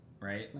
Right